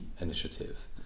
initiative